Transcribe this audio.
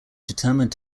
determined